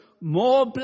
More